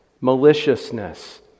maliciousness